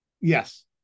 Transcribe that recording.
yes